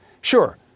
Sure